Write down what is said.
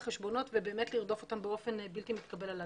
החשבונות ולרדוף אותם באופן בלתי מתקבל על הדעת.